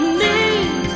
need